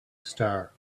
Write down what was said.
star